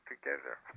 together